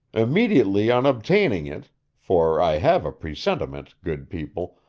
immediately on obtaining it for i have a presentiment, good people,